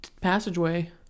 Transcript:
passageway